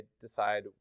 decide